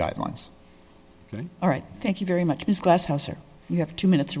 guidelines all right thank you very much ms glasshouse or you have two minutes